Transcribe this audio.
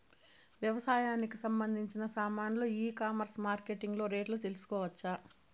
వ్యవసాయానికి సంబంధించిన సామాన్లు ఈ కామర్స్ మార్కెటింగ్ లో రేట్లు తెలుసుకోవచ్చా?